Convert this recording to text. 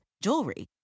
jewelry